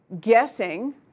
guessing